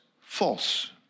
false